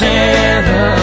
Santa